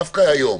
דווקא היום,